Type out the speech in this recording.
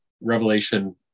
Revelation